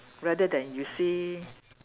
rather than you see